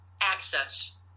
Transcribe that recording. access